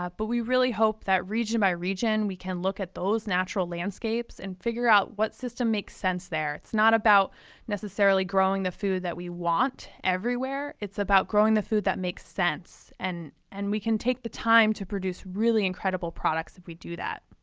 but we really hope that region by region we can look at those natural landscapes and figure out what system makes sense there. it's not about necessarily growing the food that we want everywhere, it's about growing the food that makes sense. and and we can take the time to produce really incredible products if we do that